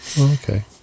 okay